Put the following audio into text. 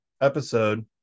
episode